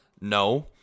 no